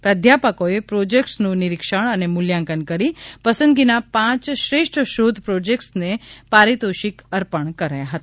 પ્રાધ્યાપકોએ પ્રોજેકટસનું નિરીક્ષણ અને મૂલ્યાંકન કરી પસંદગી ના પાંચ શ્રેષ્ઠશોધ પ્રોજેકટસને પારિતોષિક અર્પણ કરાયા હતા